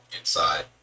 inside